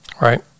right